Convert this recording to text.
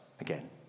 again